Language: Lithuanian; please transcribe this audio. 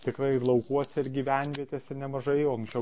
tikrai ir laukuose ir gyvenvietėse nemažai o anksčiau